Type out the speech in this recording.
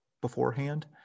beforehand